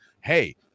hey